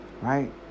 right